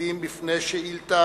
עומדים בפני שאילתא